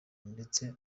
ndetse